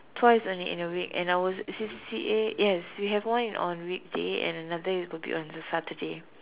twice only in a week and our C_C_A yes we have one in on weekday and another it would be on the Saturday